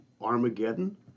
Armageddon